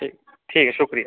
ठीक ठीक ऐ शुक्रिया